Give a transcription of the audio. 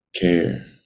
care